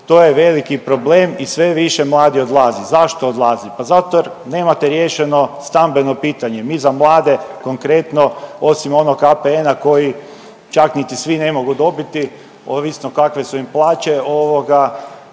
to je veliki problem i sve više mladih odlazi. Zašto odlazi? Pa zato jer nemate riješeno stambeno pitanje. Mi za mlade konkretno osim onog APN-a koji čak niti svi ne mogu dobiti ovisno kakve su im plaće,